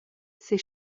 ces